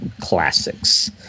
classics